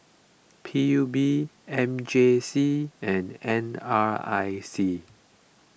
P U B M J C and N R I C